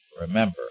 Remember